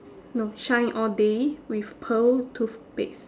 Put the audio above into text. no shine all day with pearl toothpaste